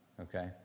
okay